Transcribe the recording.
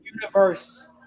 universe